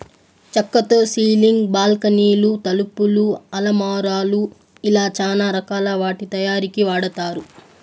చక్కతో సీలింగ్, బాల్కానీలు, తలుపులు, అలమారాలు ఇలా చానా రకాల వాటి తయారీకి వాడతారు